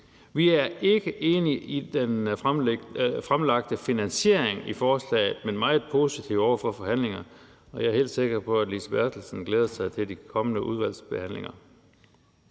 Vi er ikke enige i den fremlagte finansiering i forslaget, men vi er meget positive over for forhandlinger og jeg er helt sikker på, at fru Lise Bertelsen glæder sig til den kommende udvalgsbehandling.